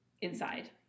inside